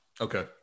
Okay